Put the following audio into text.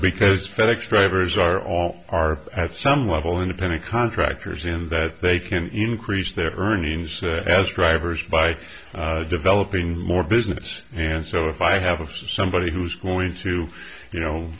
because fedex drivers are all are at some level independent contractors in that they can increase their earnings as drivers by developing more business and so if i have somebody who's going to you know